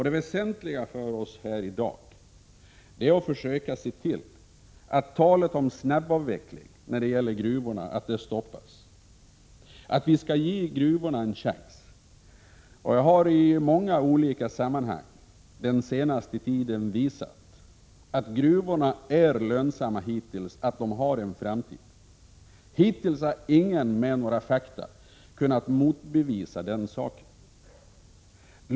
Det väsentliga för oss här i dag är att försöka se till att talet om snabbavveckling när det gäller gruvorna stoppas och att vi ger gruvorna en chans. Jag har i många olika sammanhang den senaste tiden visat att gruvorna har varit lönsamma hittills och att de har en framtid. Hittills har ingen med några fakta kunnat motbevisa den saken.